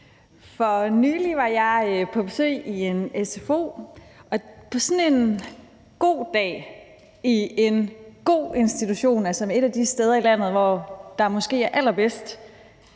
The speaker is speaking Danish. For nylig var jeg på besøg i en sfo, og på sådan en god dag i en god institution, som ligger et af de steder i landet, hvor der måske er de allerbedste